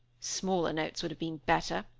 smaller notes would have been better.